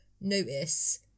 notice